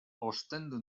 ostendu